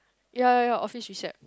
ya ya ya office recep